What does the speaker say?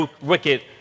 wicked